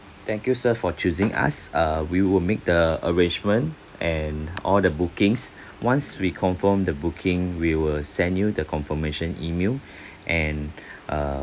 thank you sir for choosing us err we will make the arrangement and all the bookings once we confirm the booking we will send you the confirmation email and err